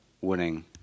winning